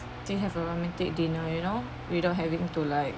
think have a romantic dinner you know without having to like